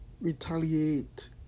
retaliate